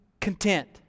content